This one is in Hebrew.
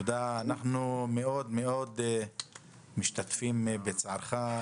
אנחנו משתתפים בצערך.